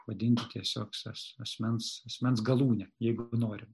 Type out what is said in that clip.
vadinti tiesiog sas asmens asmens galūne jeigu nori